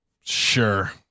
sure